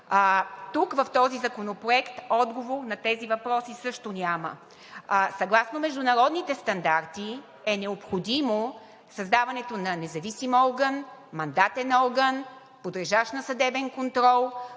Тук в този законопроект отговор на тези въпроси също няма. Съгласно Международните стандарти е необходимо създаването на независим орган, мандатен орган, подлежащ на съдебен контрол,